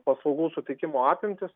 paslaugų suteikimo apimtys